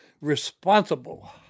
responsible